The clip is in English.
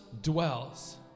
dwells